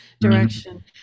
direction